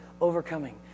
overcoming